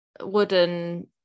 wooden